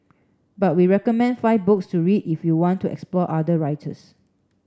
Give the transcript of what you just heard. but we recommend five books to read if you want to explore other writers